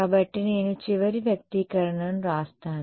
కాబట్టి నేను చివరి వ్యక్తీకరణను వ్రాస్తాను